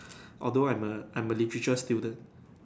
although I'm a I'm a literature student